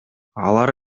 алар